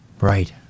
Right